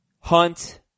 Hunt